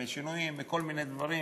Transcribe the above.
משינויים וכל מיני דברים,